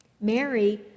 Mary